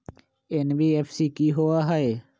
NBFC कि होअ हई?